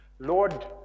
Lord